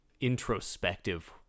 introspective